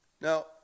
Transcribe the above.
Now